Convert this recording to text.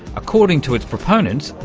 according to its proponents,